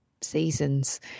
seasons